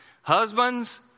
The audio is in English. Husbands